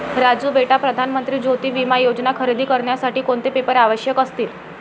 राजू बेटा प्रधान मंत्री ज्योती विमा योजना खरेदी करण्यासाठी कोणते पेपर आवश्यक असतील?